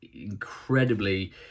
incredibly